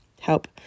help